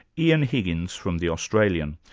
ean higgins from the australian.